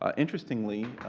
um interestingly,